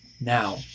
Now